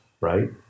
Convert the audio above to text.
right